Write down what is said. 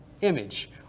image